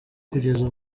kugeza